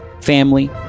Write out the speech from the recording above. family